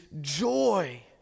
joy